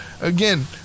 again